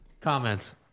Comments